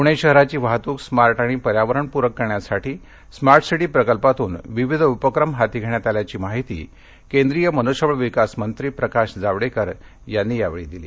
पुणे शहराची वाहतूक स्मार्ट आणि पर्यावरणपूरक करण्यासाठी स्मार्ट सिटी प्रकल्पातून विविध उपक्रम हाती घेण्यात आल्याची माहिती केंद्रीय मनुष्यबळ मंत्री प्रकाश जावडेकर यांनी यावेळी दिली